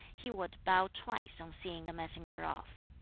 he would bow twice on seeing the messenger off.